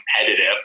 competitive